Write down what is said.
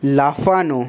লাফানো